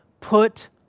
put